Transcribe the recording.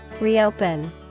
Reopen